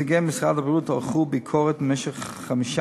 נציגי משרד הבריאות ערכו ביקורות במשך חמישה